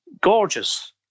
gorgeous